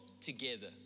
together